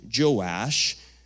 Joash